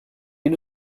you